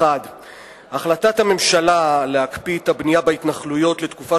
1. החלטת הממשלה להקפיא את הבנייה בהתנחלויות לתקופה